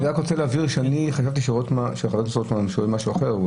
אני רק רוצה להבהיר שחשבתי שחבר הכנסת רוטמן שואל משהו אחר.